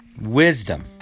Wisdom